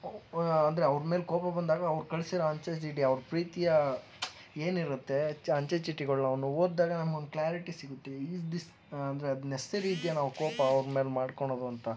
ಅಂದರೆ ಅವ್ರ ಮೇಲೆ ಕೋಪ ಬಂದಾಗ ಅವ್ರು ಕಳಿಸಿರೋ ಅಂಚೆ ಚೀಟಿ ಅವ್ರು ಪ್ರೀತಿಯ ಏನಿರುತ್ತೆ ಚ್ ಅಂಚೆಚೀಟಿಗಳನ್ನ ಒಂದು ಓದಿದಾಗ ನಮ್ಗೊಂದು ಕ್ಲ್ಯಾರಿಟಿ ಸಿಗುತ್ತೆ ಈಸ್ ದಿಸ್ ಅಂದರೆ ಅದು ನೆಸ್ಸರಿ ಇದೆಯಾ ನಾವು ಕೋಪ ಅವ್ರ ಮೇಲೆ ಮಾಡ್ಕೊಳ್ಳೋದು ಅಂತ